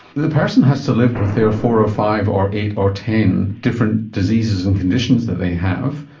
the person has to live with their four or five or eight or ten different diseases and conditions that they have,